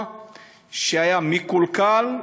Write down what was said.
כשהוא מקולקל.